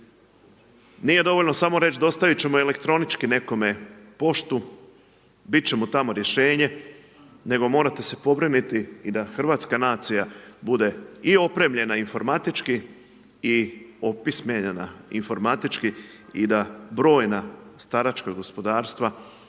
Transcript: nije dovoljno samo reći dostaviti ćemo elektronički nekome poštu, biti će mu tamo rješenje nego morate se pobrinuti i da hrvatska nacija bude i opremljena informatički i opismenjena informatički i da brojna staračka gospodarstva